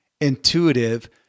intuitive